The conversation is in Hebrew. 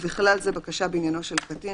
ובכלל זה בקשה בעניינו של קטין,